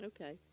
Okay